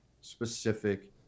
specific